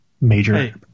major